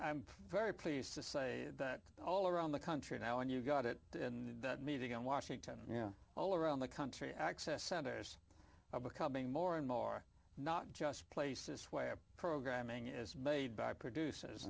i'm very pleased to say that all around the country now and you've got it in the meeting in washington yeah all around the country access centers are becoming more and more not just place this way of programming is made by producers